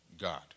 God